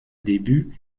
début